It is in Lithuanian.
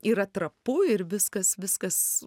yra trapu ir viskas viskas